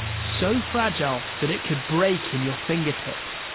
so fragile, that it could break in your fingertips.